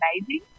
amazing